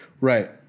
Right